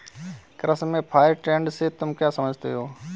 कृषि में fair trade से तुम क्या समझते हो?